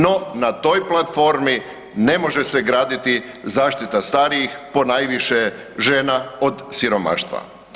No, na toj platformi ne može se graditi zaštita starijih, ponajviše žena od siromaštva.